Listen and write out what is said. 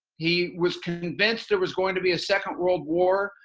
he was convinced there was going to be a second world war,